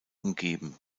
umgeben